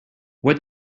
what